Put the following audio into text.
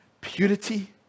purity